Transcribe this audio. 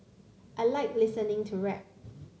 I like listening to rap